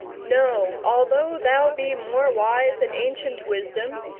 know, although thou be more wise in ancient wisdom,